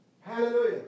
Hallelujah